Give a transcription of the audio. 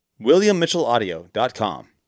williammitchellaudio.com